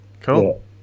Cool